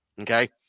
Okay